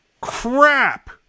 crap